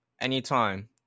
Anytime